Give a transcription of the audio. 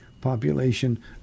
population